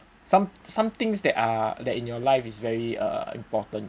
some some things that are that in your life is very uh important